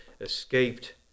escaped